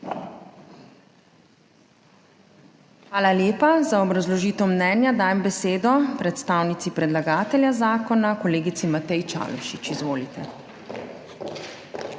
Hvala lepa. Za obrazložitev mnenja dajem besedo predstavnici predlagatelja zakona kolegici Mateji Čalušić. Izvolite.